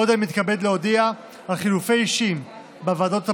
עוד אני מתכבד להודיע על חילופי אישים בוועדות הבאות,